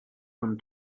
from